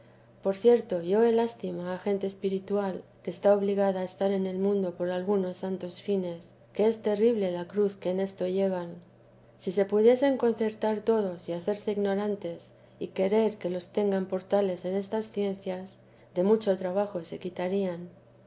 por cierto yo he lástima a gente espiritual que está obligada a estar en el mundo por algunos santos fines que es terrible la cruz que en esto llevan si se pudiesen concertar todos y hacerse ignorantes y querer que los tengan por tales en estas ciencias de mucho trabajo se quitarían